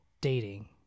dating